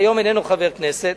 שהיום איננו חבר הכנסת,